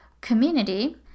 community